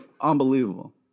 unbelievable